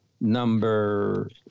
Number